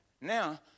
Now